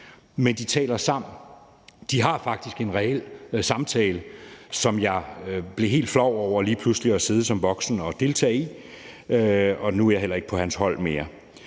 sig; de taler sammen. De har faktisk en reel samtale, som jeg blev helt flov over lige pludselig at sidde som voksen og deltage i – og nu er jeg heller ikke på hans hold mere.